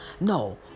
No